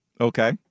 Okay